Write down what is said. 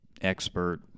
expert